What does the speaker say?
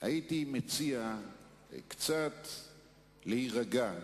הייתי מציע קצת להירגע,